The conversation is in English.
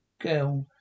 girl